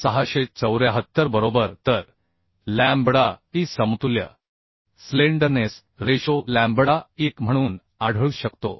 5674 बरोबर तर lambda e समतुल्य स्लेंडरनेस रेशो लॅम्बडा ई 1 म्हणून आढळू शकतो